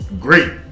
great